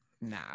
Nah